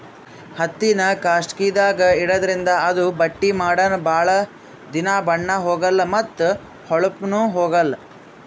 ಹತ್ತಿನಾ ಕಾಸ್ಟಿಕ್ದಾಗ್ ಇಡಾದ್ರಿಂದ ಅದು ಬಟ್ಟಿ ಮಾಡನ ಭಾಳ್ ದಿನಾ ಬಣ್ಣಾ ಹೋಗಲಾ ಮತ್ತ್ ಹೋಳಪ್ನು ಹೋಗಲ್